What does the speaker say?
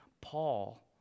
Paul